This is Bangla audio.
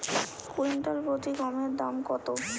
কুইন্টাল প্রতি গমের দাম কত?